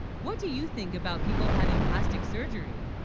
what do you think about people having plastic. surgery